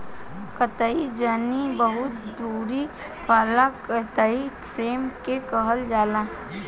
कताई जेनी बहु धुरी वाला कताई फ्रेम के कहल जाला